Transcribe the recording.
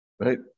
Right